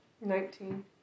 Nineteen